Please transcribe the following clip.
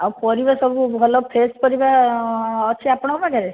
ଆଉ ପରିବା ସବୁ ଭଲ ଫ୍ରେଶ୍ ପରିବା ଅଛି ଆପଣଙ୍କ ପାଖରେ